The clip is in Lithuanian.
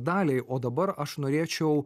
daliai o dabar aš norėčiau